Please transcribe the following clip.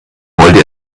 wollte